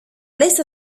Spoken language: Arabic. ليس